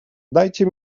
dajcie